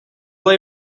they